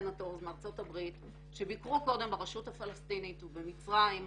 מארצות הברית שביקרו קודם ברשות הפלשתינית ובמצרים,